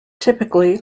typically